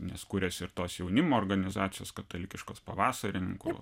nes kūrėsi ir tos jaunimo organizacijos katalikiškos pavasarininkų